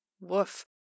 Woof